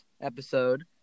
episode